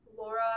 Laura